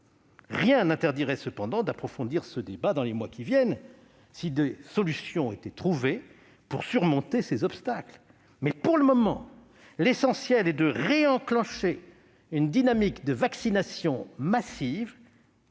Rien n'interdirait d'approfondir ce débat dans les mois qui viennent, si des solutions étaient trouvées pour surmonter ces obstacles. Pour le moment, l'essentiel est de réenclencher une dynamique de vaccination massive,